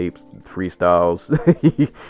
Freestyles